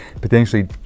potentially